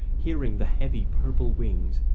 hearing the heavy purple wings,